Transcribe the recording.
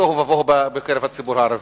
בתוהו ובוהו בקרב הציבור הערבי.